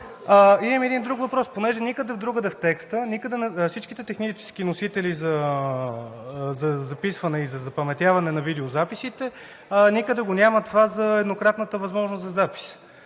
и един друг въпрос. Понеже никъде другаде в текста – всичките технически носители за записване и за запаметяване на видеозаписите, никъде го няма това за еднократната възможност за запис.